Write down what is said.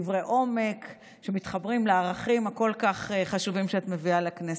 דברי עומק שמתחברים לערכים הכל-כך חשובים שאת מביאה לכנסת.